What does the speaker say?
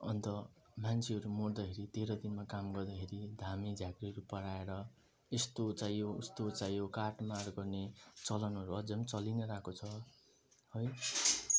अन्त मान्छेहरू मर्दाखेरि तेह्र दिनमा काम गर्दाखेरि धामीझाँक्रीहरू पढाएर यस्तो चाहियो उस्तो चाहियो काटमार गर्ने चलनहरू अझ पनि चलिनै रहेको छ है